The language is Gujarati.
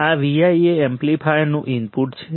આ Vi એ એમ્પ્લીફાયરનું ઇનપુટ છે